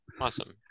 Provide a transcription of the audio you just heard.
Awesome